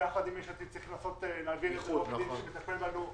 ויחד עם יש עתיד אנחנו צריכים להעביר יש עורך דין שמטפל בנו.